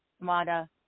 Mata